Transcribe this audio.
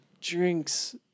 drinks